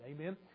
Amen